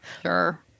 Sure